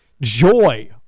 joy